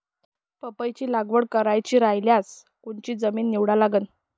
पपईची लागवड करायची रायल्यास कोनची जमीन निवडा लागन?